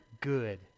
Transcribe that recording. good